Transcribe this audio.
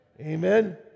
Amen